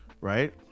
right